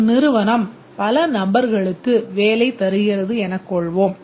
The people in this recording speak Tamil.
ஒரு நிறுவனம் பல நபர்களுக்கு வேலை தருகிறது எனக் கொள்வோம்